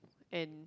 and